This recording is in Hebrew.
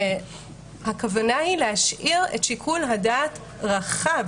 הכוונה היא להשאיר את שיקול הדעת רחב